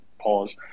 pause